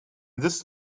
this